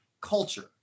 culture